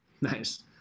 Nice